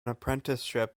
apprenticeship